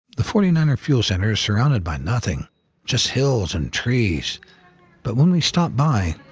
the forty nine er fuel center is surrounded by nothing just hills and trees but when we stop by,